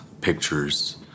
pictures